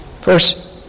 Verse